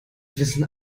wissen